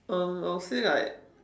um I'll say like